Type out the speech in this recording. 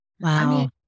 wow